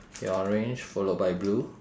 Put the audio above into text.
okay orange followed by blue